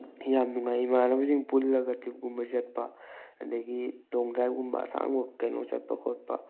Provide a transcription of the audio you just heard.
ꯌꯥꯝ ꯅꯨꯡꯉꯥꯏ ꯏꯃꯥꯟꯅꯕꯁꯤꯡ ꯄꯨꯜꯂꯒ ꯇ꯭ꯔꯤꯞꯀꯨꯝꯕ ꯆꯠꯄ ꯑꯗꯒꯤ ꯂꯣꯡ ꯗ꯭ꯔꯥꯏꯚꯒꯨꯝꯕꯡ ꯑꯁꯥꯡꯕ ꯀꯩꯅꯣ ꯆꯠꯄ ꯈꯣꯠꯄ